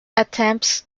attempts